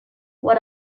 what